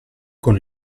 con